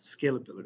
scalability